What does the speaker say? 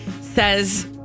says